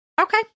Okay